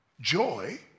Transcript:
Joy